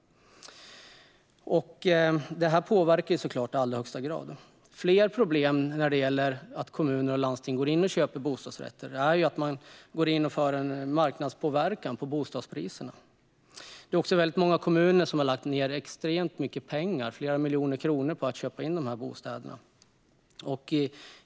Detta påverkar såklart i allra högsta grad. Ett annat problem med att kommuner och landsting går in och köper bostadsrätter är att det innebär en marknadspåverkan på bostadspriserna. Det är väldigt många kommuner som har lagt ned extremt mycket pengar, flera miljoner kronor, på att köpa in de här bostäderna.